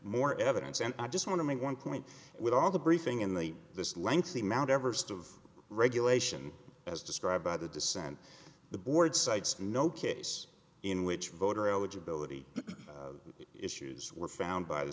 more evidence and i just want to make one point with all the briefing in the this lengthy mt everest of regulation as described by the dissent the board cites no case in which voter eligibility issues were found by the